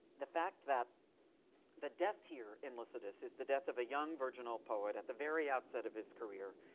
the fact that the death here in lycidas is the death of a young, virginal poet at the very outset of his career,